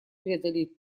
преодолеть